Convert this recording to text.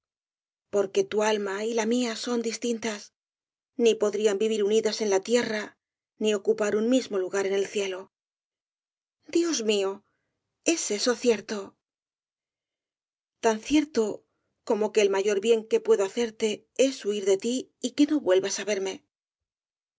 porque tu alma y la mía son distintas ni podrían vivir unidas en la tierra ni ocupar un mismo lugar en el cielo dios mío es eso cierto tan cierto como que el mayor bien que puedo hacerte es huir de ti y que no vuelvas á verme